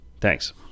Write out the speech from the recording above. Thanks